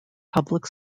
public